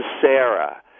Sarah